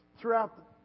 throughout